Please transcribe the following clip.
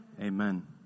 Amen